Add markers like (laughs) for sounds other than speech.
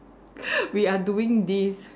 (laughs) we are doing this